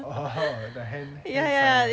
oh oh the hand hand sign ah